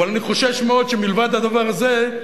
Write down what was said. אבל אני חושש מאוד שמלבד הדבר הזה,